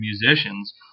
musicians